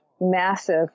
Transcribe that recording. massive